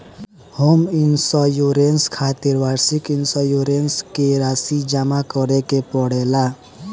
home insurance खातिर वार्षिक insurance के राशि जामा करे के पड़ेला